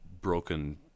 broken